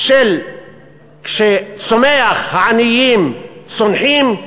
שכשצומח העניים צונחים,